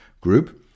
Group